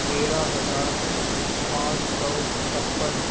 تیرہ ہزار پانچ سو چھپن